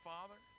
Father